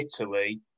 Italy